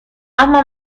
اما